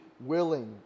willing